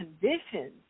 conditions